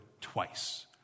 twice